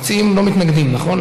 המציעים לא מתנגדים, נכון?